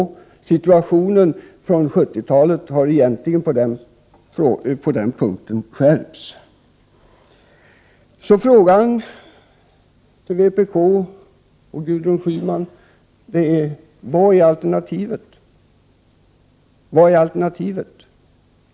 Den situation som rådde på 70-talet har egentligen skärpts. Min fråga till Gudrun Schyman är alltså: Vad är alternativet?